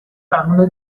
بهونه